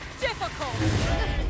difficult